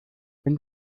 wenn